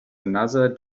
another